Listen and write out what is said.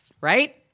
right